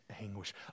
anguish